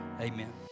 Amen